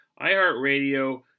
iHeartRadio